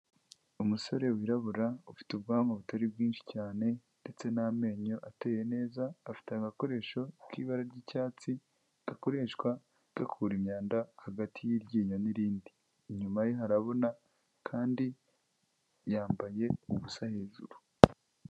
Umusore wirabura ufite ubwanwa butari bwinshi cyane ndetse n'amenyo ateye neza afite agakoresho k'ibara ry'icyatsi gakoreshwa gakura imyanda hagati y'iryinyo n'irindi, inyuma ye harabona kandi yambaye ubusa hejuru.